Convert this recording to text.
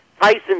Tyson